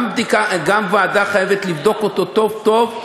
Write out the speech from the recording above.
גם ועדה חייבת לבדוק אותו טוב-טוב,